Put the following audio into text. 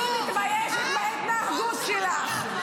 אני מתביישת בהתנהגות שלך.